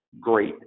great